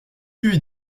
lieues